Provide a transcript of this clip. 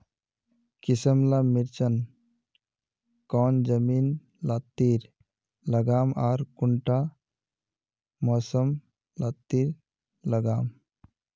किसम ला मिर्चन कौन जमीन लात्तिर लगाम आर कुंटा मौसम लात्तिर लगाम?